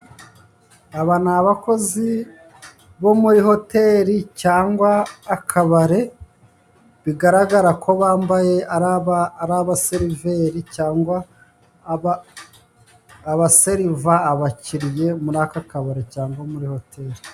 Aba ni abakozi bo muri hoteli cyangwa akabare bigaragara ko bambaye ari abaseriveri cyangwa abaseriva abakiriye muri aka kabari cyangwa muri hoteli.